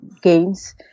games